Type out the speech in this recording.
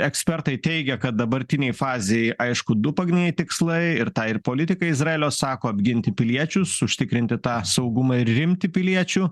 ekspertai teigia kad dabartinėj fazėj aišku du pagrindiniai tikslai ir tai ir politikai izraelio sako apginti piliečius užtikrinti tą saugumą ir rimtį piliečių